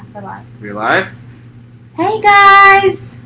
we're live? hey guys!